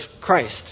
Christ